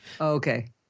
okay